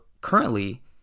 currently